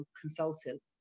consultant